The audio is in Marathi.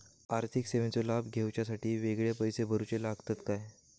आर्थिक सेवेंचो लाभ घेवच्यासाठी वेगळे पैसे भरुचे लागतत काय?